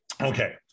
Okay